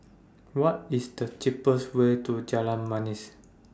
What IS The cheapest Way to Jalan Manis